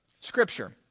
Scripture